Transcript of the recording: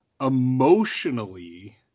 Emotionally